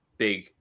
Big